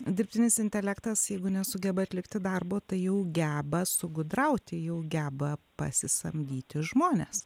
dirbtinis intelektas jeigu nesugeba atlikti darbo tai jau geba sugudrauti jau geba pasisamdyti žmones